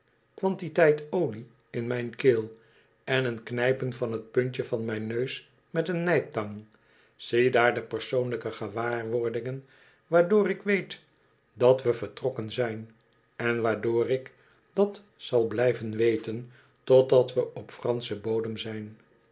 quantiteit olie in mijn keel en een knijpen van t puntje van mijn neus met een nijptang ziedaar de persoonlijke gewaarwordingen waardoor ik weet dat we vertrokken zijn en waardoor ik dat zal blijven weten totdat we op franschen bodem zjn